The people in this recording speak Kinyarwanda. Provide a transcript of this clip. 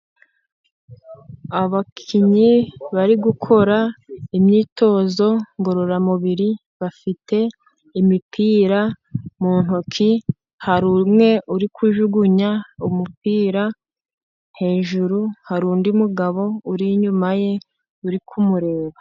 Abakinnyi bari gukora imyitozo ngororamubiri, bafite imipira mu ntoki. Hari umwe uri kujugunya umupira hejuru, hari undi mugabo uri inyuma ye uri kumureba.